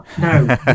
No